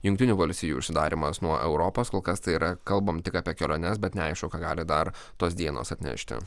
jungtinių valstijų užsidarymas nuo europos kol kas tai yra kalbam tik apie keliones bet neaišku ką gali dar tos dienos atnešti